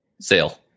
Sale